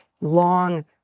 long